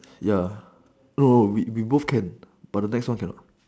ya no no we both can but the next one cannot